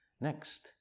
Next